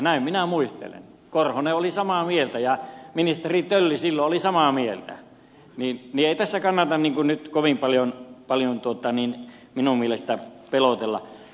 näin minä muistelen korhonen oli samaa mieltä ja ministeri tölli silloin oli samaa mieltä joten ei tässä kannata niin kuin nyt kovin paljon minun mielestäni pelotella